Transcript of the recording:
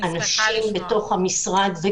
אנשים בתוך המשרד,